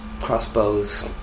crossbows